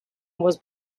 was